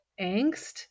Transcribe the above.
angst